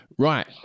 Right